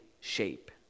shape